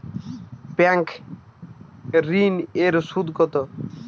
Bank ঋন এর সুদ কত?